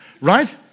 Right